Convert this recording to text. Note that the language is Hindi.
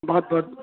बहुत बहुत